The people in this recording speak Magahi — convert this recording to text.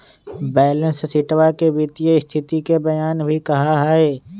बैलेंस शीटवा के वित्तीय स्तिथि के बयान भी कहा हई